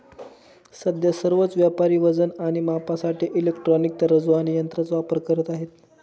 सध्या सर्वच व्यापारी वजन आणि मापासाठी इलेक्ट्रॉनिक तराजू आणि यंत्रांचा वापर करत आहेत